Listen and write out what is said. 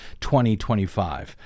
2025